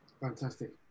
fantastic